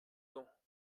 gants